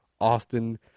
Austin